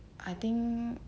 I think